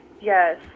yes